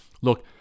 Look